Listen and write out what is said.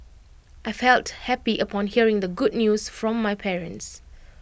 I felt happy upon hearing the good news from my parents